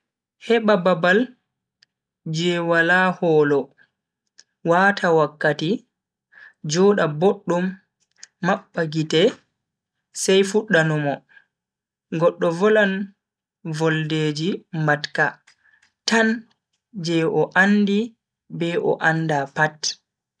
Heba babal je wala hoolo, wata wakkati, joda boddum, mabba gite, sai fudda numo. goddo volan volde ji mbatka tan je o andi be o anda pat.